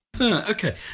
Okay